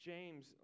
James